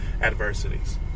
adversities